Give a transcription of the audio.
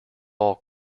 all